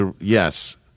yes